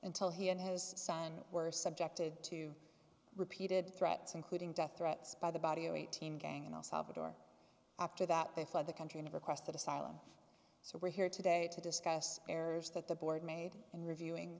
until he and his son were subjected to repeated threats including death threats by the body of eighteen gang in el salvador after that they fled the country and requested asylum so we're here today to discuss errors that the board made in reviewing